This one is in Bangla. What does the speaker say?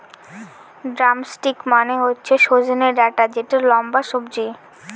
ড্রামস্টিক মানে হচ্ছে সজনে ডাটা যেটা লম্বা সবজি